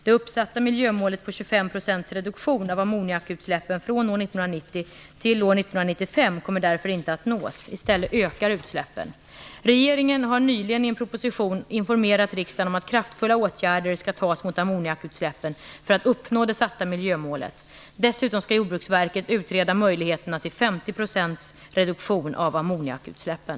Det uppsatta miljömålet på 25 % reduktion av ammoniakutsläppen från år 1990 till år 1995 kommer därför inte att nås. I stället ökar utsläppen. Regeringen har nyligen i en proposition informerat riksdagen om att kraftfulla åtgärder skall vidtas mot ammoniakutsläppen för att uppnå det satta miljömålet. Dessutom skall Jordbruksverket utreda möjligheterna till 50 % reduktion av ammoniakutsläppen.